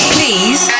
Please